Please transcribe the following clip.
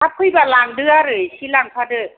हा फैबा लांदो आरो एसे लांफादो